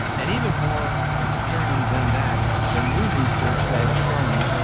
and even more concerning than that is the new research that is showing.